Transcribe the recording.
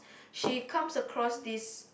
she comes across this